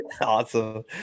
awesome